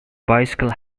bicycle